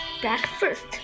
Breakfast